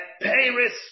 paris